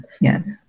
Yes